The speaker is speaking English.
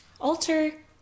Alter